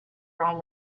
wrong